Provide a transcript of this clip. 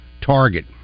target